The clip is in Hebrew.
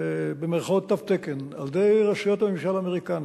"תו תקן", על-ידי רשויות הממשל האמריקני,